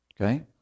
Okay